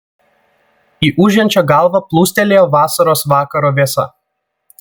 į ūžiančią galvą plūstelėjo vasaros vakaro vėsa